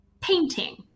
painting